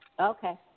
Okay